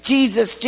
Jesus